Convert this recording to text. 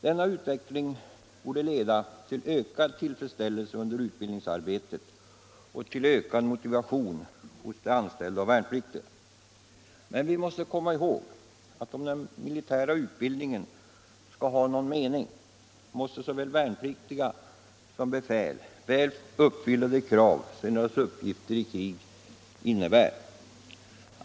Denna utveckling borde leda till ökad tillfredsställelse under utbildningsarbetet och till ökad motivation hos anställda och värnpliktiga. Men vi måste komma ihåg att om den militära utbildningen skall ha någon mening, måste såväl värnpliktiga som befäl väl uppfylla de krav som deras uppgifter i krig innebär.